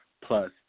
plus